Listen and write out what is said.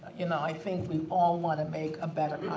you know, i think we all want to make a better